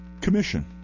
commission